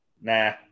Nah